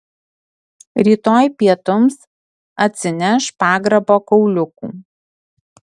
rytoj pietums atsineš pagrabo kauliukų